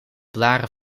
blaren